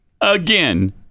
again